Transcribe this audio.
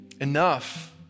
enough